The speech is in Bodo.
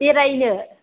बेरायनो